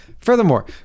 Furthermore